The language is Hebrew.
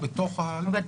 הוא בתוך זה.